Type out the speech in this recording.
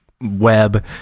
web